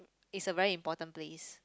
it's a very important place